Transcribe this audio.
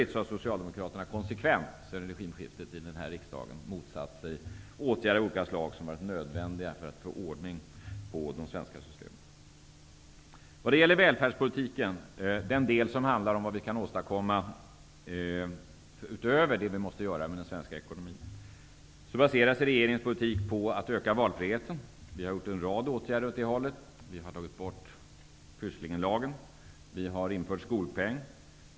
Socialdemokraterna konsekvent sedan regimskiftet i denna riksdag motsatt sig åtgärder av olika slag som har varit nödvändiga för att få ordning på det svenska systemet. Vad gäller välfärdspolitiken och den del som handlar om vad vi kan åstadkomma utöver det vi måste göra med den svenska ekonomin, baserar sig regeringens politik på att öka valfriheten. Vi har vidtagit en rad åtgärder i den riktningen. Vi har tagit bort Pysslingenlagen. Vi har infört skolpeng.